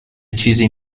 چیزی